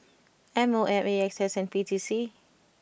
M O M A X S and P T C